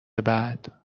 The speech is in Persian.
بعد